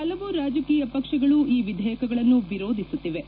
ಹಲವು ರಾಜಕೀಯ ಪಕ್ಷಗಳು ಈ ವಿಧೇಯಕಗಳನ್ನು ವಿರೋಧಿಸುತ್ತಿವೆ